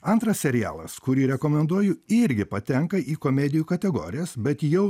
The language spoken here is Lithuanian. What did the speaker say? antras serialas kurį rekomenduoju irgi patenka į komedijų kategorijas bet jau